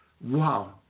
wow